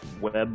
web